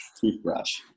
toothbrush